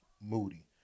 Moody